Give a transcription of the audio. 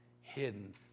hidden